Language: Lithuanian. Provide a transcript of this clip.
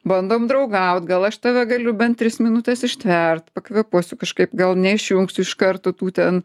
bandom draugaut gal aš tave galiu bent tris minutes ištvert pakvėpuosiu kažkaip gal neišjungsiu iš karto tų ten